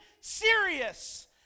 serious